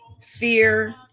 Fear